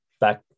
back